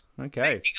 Okay